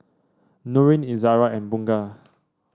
Nurin Izzara and Bunga